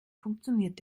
funktioniert